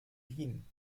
wien